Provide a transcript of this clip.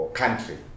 country